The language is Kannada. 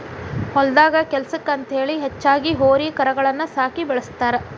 ಹೊಲದಾಗ ಕೆಲ್ಸಕ್ಕ ಅಂತೇಳಿ ಹೆಚ್ಚಾಗಿ ಹೋರಿ ಕರಗಳನ್ನ ಸಾಕಿ ಬೆಳಸ್ತಾರ